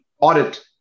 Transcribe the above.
audit